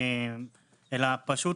פשוט